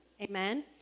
Amen